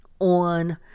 on